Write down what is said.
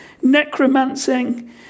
necromancing